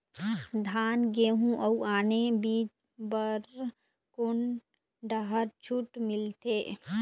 धान गेहूं अऊ आने बीज बर कोन डहर छूट मिलथे?